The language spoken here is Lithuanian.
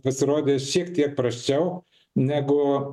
pasirodė šiek tiek prasčiau negu